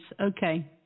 Okay